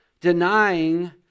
denying